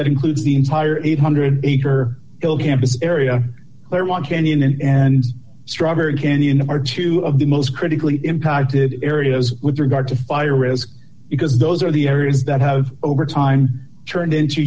that includes the entire eight hundred dollars acre field campus area where one canyon and strawberry canyon are two of the most critically impacted areas with regard to fire risk because those are the areas that have over time turned into